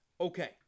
Okay